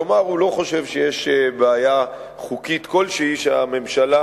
כלומר הוא לא חושב שיש בעיה חוקית כלשהי בכך שהממשלה